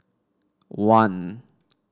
one